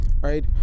right